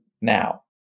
now